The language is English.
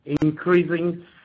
increasing